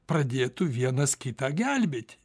pradėtų vienas kitą gelbėti